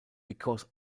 because